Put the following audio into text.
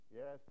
yes